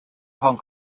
hong